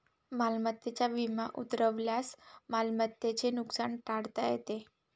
मालमत्तेचा विमा उतरवल्यास मालमत्तेचे नुकसान टाळता येते